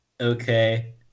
okay